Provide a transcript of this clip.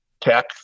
tech